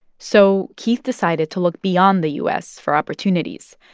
so keith decided to look beyond the u s. for opportunities.